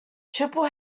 triple